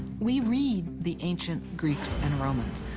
we read the ancient greeks and romans.